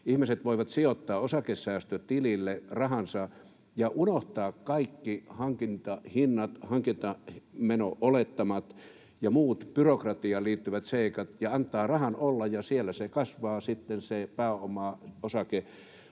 Ihmiset voivat sijoittaa osakesäästötilille rahansa ja unohtaa kaikki hankintahinnat, hankintameno-olettamat ja muut byrokratiaan liittyvät seikat ja antaa rahan olla. Siellä kasvaa sitten se pääoma osinkojen